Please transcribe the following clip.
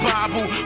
Bible